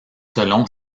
selon